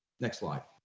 next slide.